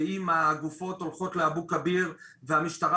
ואם הגופות הולכות לאבו כביר והמשטרה